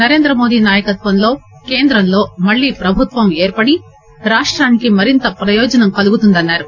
నరేంద్రమోదీ నాయకత్వంలో కేంద్రంలో మళ్లీ ప్రభుత్వం ఏర్పడి రాష్టానికి మరింత ప్రయోజనం కలుగుతుందని అన్నారు